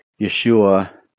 yeshua